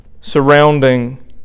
surrounding